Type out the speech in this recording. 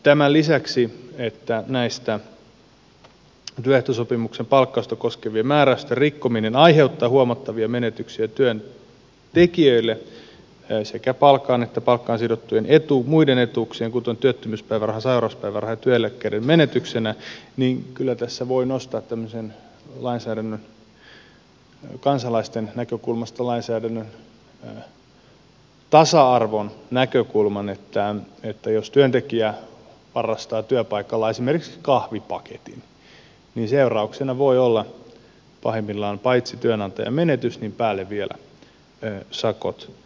tämän lisäksi että näiden työehtosopimuksen palkkausta koskevien määräysten rikkominen aiheuttaa huomattavia menetyksiä työntekijöille sekä palkan että palkkaan sidottujen muiden etuuksien kuten työttömyyspäivärahan sairauspäivärahan ja työeläkkeiden menetyksenä niin kyllä tässä voi nostaa tämmöisen kansalaisten näkökulmasta lainsäädännön tasa arvon näkökulman että jos työntekijä varastaa työpaikalla esimerkiksi kahvipaketin niin seurauksena voi olla pahimmillaan paitsi työnantajan menetys niin päälle vielä sakot näpistyksestä